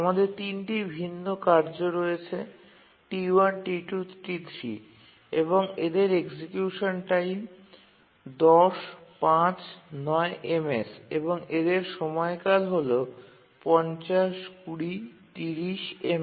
আমাদের তিনটি ভিন্ন কার্য রয়েছে T1 T2 T3 এবং এদের এক্সিকিউসন টাইম ১০ ৫ ৯ ms এবং এদের সময়কাল হল ৫০ ২০ ৩০ ms